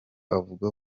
avuga